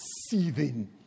seething